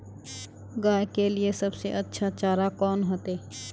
गाय के लिए सबसे अच्छा चारा कौन होते?